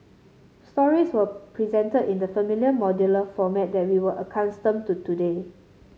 stories were presented in the familiar modular format that we are accustomed to today